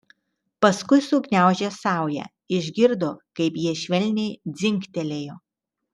paskui sugniaužė saują išgirdo kaip jie švelniai dzingtelėjo